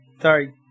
Sorry